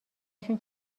شون